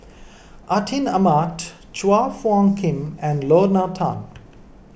Atin Amat Chua Phung Kim and Lorna Tan